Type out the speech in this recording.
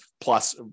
plus